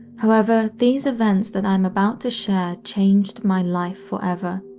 however, these events that i'm about to share changed my life forever,